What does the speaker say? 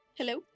Hello